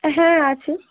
হ্যাঁ আছি